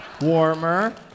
Warmer